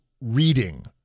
reading